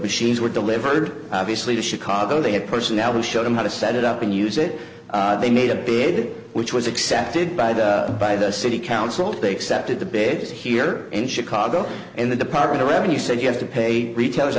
machines were delivered obviously to chicago they had personnel who showed them how to set it up and use it they made a bid which was accepted by the by the city council to accepted the bids here in chicago and the department of revenue said you have to pay retailers